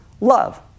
love